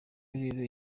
rero